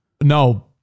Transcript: No